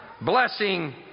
Blessing